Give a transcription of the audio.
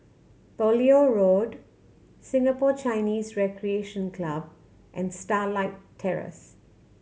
Beaulieu Road Singapore Chinese Recreation Club and Starlight Terrace